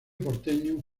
porteño